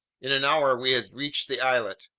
in an hour we had reached the islet.